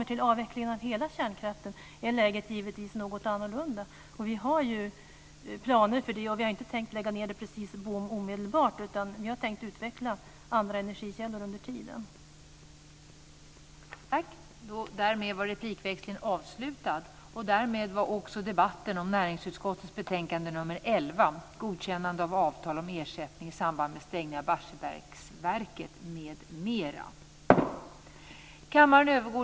I dag ska vi behandla betänkandet Unga lagöverträdare.